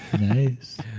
Nice